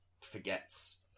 forgets